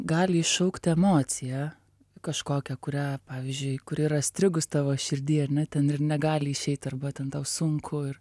gali iššaukti emociją kažkokią kurią pavyzdžiui kur yra strigus tavo širdy ar ne ten ir negali išeit arba ten tau sunku ir